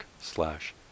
slash